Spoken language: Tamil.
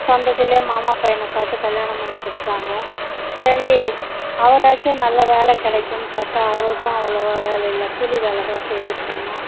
சொந்தத்துலையே மாமா பையனை பார்த்து கல்யாணம் பண்ணி கொடுத்தாங்க சரி அவராச்சும் நல்ல வேலை கிடைக்குன்னு பார்த்தா அவருக்கும் அவ்ளோவாக வேலை இல்லை கூலி வேல தான் செய்துகிட்டு இருந்தோம்